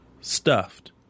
stuffed